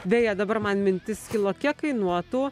beje dabar man mintis kilo kiek kainuotų